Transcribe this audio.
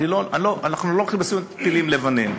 אנחנו לא הולכים לעשות פילים לבנים.